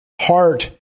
heart